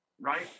right